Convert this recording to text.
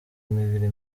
imibiri